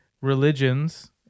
religions